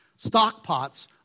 stockpots